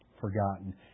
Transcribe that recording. forgotten